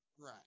Right